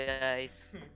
guys